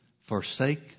forsake